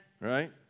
right